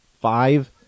five